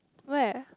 where